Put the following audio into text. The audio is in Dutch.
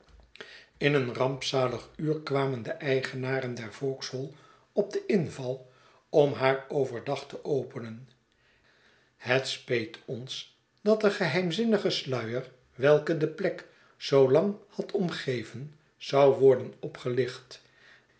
in een rampzalig uur kwamen de eigenaren der vauxhall op den inval om haar over dag te openen het speet ons dat de geheimzinnige sluier welke de plek zoo lang had omgeven zou worden opgelicht